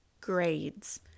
grades